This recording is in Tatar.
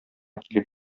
килеп